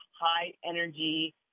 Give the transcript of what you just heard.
high-energy